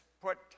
put